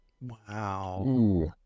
Wow